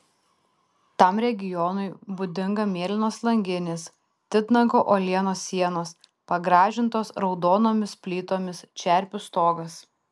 tam regionui būdinga mėlynos langinės titnago uolienos sienos pagražintos raudonomis plytomis čerpių stogas